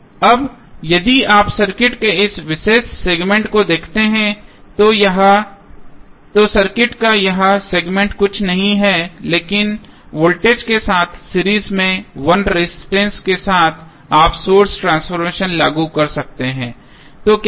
अब यदि आप सर्किट के इस विशेष सेगमेंट को देखते हैं तो सर्किट का यह सेगमेंट कुछ नहीं है लेकिन वोल्टेज के साथ सीरीज में 1 रेजिस्टेंस के साथ आप सोर्स ट्रांसफॉर्मेशन लागू कर सकते हैं तो क्या होगा